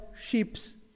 ships